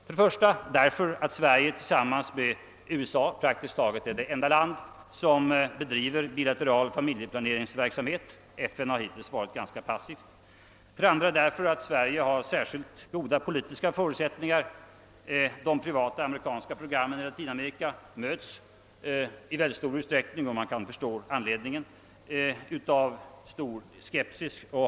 För det första bör vi göra det för att Sverige tillsammans med USA är praktiskt taget det enda land som bedriver bilateral familjeplaneringsverksamhet. FN har hittills varit ganska passivt. För det andra har Sverige särskilt goda politiska förutsättningar. De amerikanska programmen i Latinamerika möts i mycket stor utsträckning av politiskt betingad misstro.